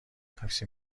تاکسی